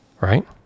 right